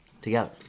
Together